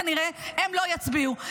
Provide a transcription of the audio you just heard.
כנראה, הם לא יצביעו.